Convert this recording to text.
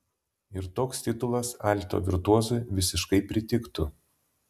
ir toks titulas alto virtuozui visiškai pritiktų